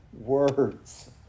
words